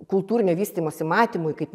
kultūrinio vystymosi matymui kaip